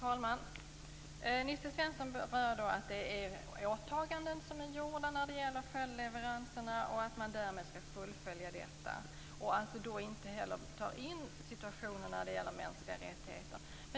Herr talman! Nils T Svensson påpekar att åtaganden är gjorda när det gäller följdleveranserna och att man därmed skall fullfölja detta. Han tar därmed inte in situationen när det gäller mänskliga rättigheter.